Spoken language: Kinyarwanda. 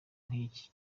nk’iki